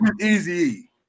Easy